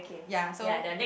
yea so